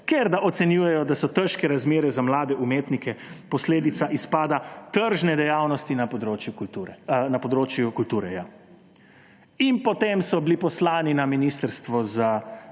ker da ocenjujejo, da so težke razmere za mlade umetnike posledica izpada tržne dejavnosti na področju kulture«. In potem so bili poslani na gospodarsko